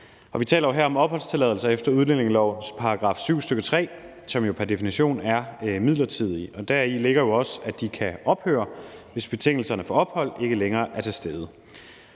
Vi taler jo her om opholdstilladelser efter udlændingelovens § 7, stk. 3, som jo pr. definition er midlertidige, og deri ligger jo også, at de kan ophøre, hvis betingelserne for ophold ikke længere er til stede.